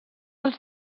els